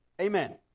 Amen